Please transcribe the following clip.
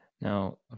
now